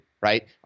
right